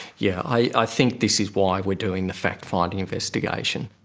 yeah, i think this is why we're doing the fact-finding investigation.